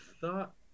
thought